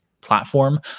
platform